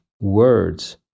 words